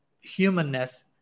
humanness